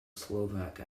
slovak